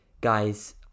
guys